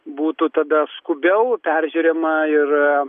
būtų tada skubiau peržiūrima ir